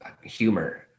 humor